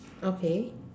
okay